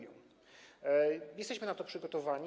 Jesteśmy na to przygotowani.